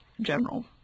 general